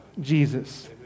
Jesus